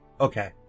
okay